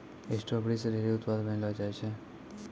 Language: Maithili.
स्ट्राबेरी से ढेरी उत्पाद बनैलो जाय छै